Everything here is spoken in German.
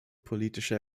politische